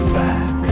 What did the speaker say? back